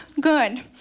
Good